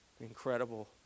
incredible